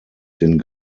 den